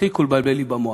תפסיקו לבלבל לי במוח.